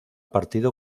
partido